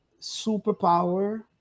superpower